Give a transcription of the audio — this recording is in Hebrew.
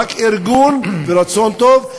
רק ארגון ורצון טוב,